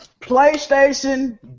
PlayStation